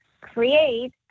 create